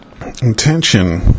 Intention